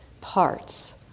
parts